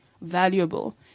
valuable